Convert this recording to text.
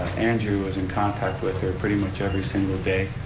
andrew was in contact with her pretty much every single day,